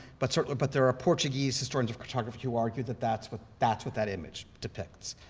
but sort of but there are portuguese historians of cartography who argue that that's what that's what that image depicts.